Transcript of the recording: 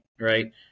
Right